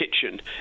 kitchen